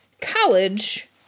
college